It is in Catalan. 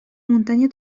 muntanya